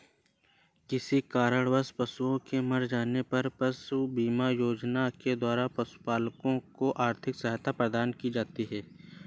किसी कारणवश पशुओं के मर जाने पर पशुधन बीमा योजना के द्वारा पशुपालकों को आर्थिक सहायता प्रदान की जाती है